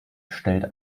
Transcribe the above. stellt